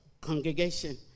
Congregation